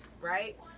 right